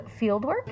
fieldwork